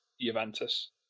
Juventus